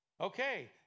Okay